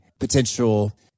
potential